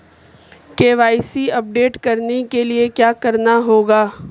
KYC update करने के लिए क्या करना होगा?